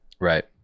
Right